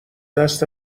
دست